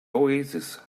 oasis